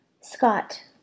Scott